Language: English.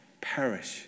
perish